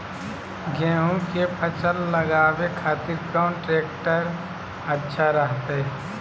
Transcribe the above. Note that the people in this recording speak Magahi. गेहूं के फसल लगावे खातिर कौन ट्रेक्टर अच्छा रहतय?